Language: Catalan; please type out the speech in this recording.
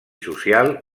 social